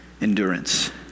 endurance